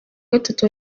gatatu